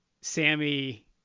Sammy